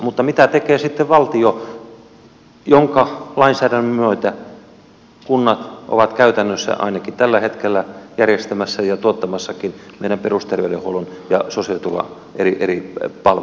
mutta mitä tekee sitten valtio jonka lainsäädännön myötä kunnat ovat käytännössä ainakin tällä hetkellä järjestämässä ja tuottamassakin meidän perusterveydenhuoltomme ja sosiaaliturvamme eri palveluja